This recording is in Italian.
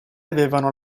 avevano